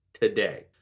today